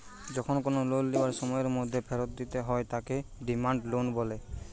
যখন কোনো লোন লিবার সময়ের মধ্যে ফেরত দিতে হয় তাকে ডিমান্ড লোন বলে